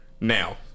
now